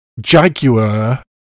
Jaguar